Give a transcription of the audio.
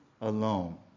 alone